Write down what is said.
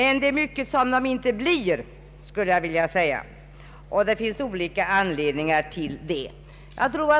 Men det är mycket som de inte blir — av olika anledningar.